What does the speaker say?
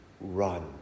run